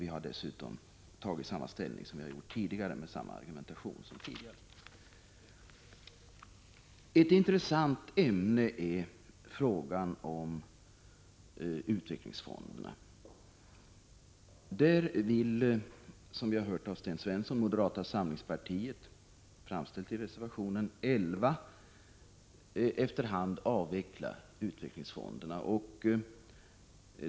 Vi har dessutom tagit samma ställning som tidigare och med samma argumentation. Ett intressant ämne är frågan om utvecklingsfonderna. Som vi har hört av Sten Svensson vill moderata samlingspartiet i enlighet med vad som framförts i reservation 11 efter hand avveckla utvecklingsfonderna.